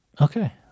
Okay